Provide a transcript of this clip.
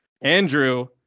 Andrew